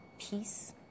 peace